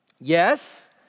Yes